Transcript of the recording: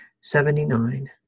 Seventy-nine